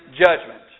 judgment